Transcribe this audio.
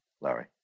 Larry